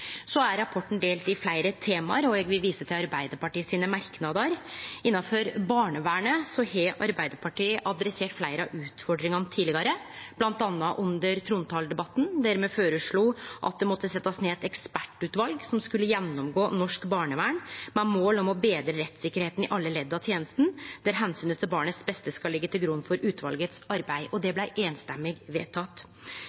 Rapporten er delt i fleire tema, og eg vil vise til Arbeidarpartiets merknader. Innanfor barnevernet har Arbeidarpartiet teke opp fleire av utfordringane tidlegare, bl.a. under trontaledebatten, der me føreslo at det måtte setjast ned eit ekspertutval som skulle gjennomgå norsk barnevern med mål om å betre rettstryggleiken i alle ledd av tenesta, og der omsynet til barnets beste skal liggje til grunn for arbeidet i utvalet. Det